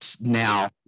now